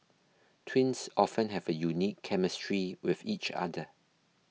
twins often have a unique chemistry with each other